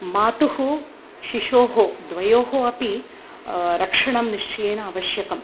मातुः शिशोः द्वयोः अपि रक्षणं निश्चयेन आवश्यकम्